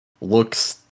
looks